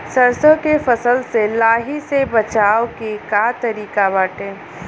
सरसो के फसल से लाही से बचाव के का तरीका बाटे?